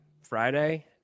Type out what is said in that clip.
Friday